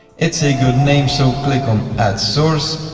it's a good name so click on add source.